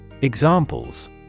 Examples